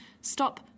Stop